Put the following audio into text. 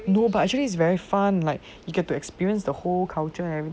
no but actually is very fun like you get to experience the whole culture and